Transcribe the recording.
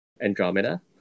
Andromeda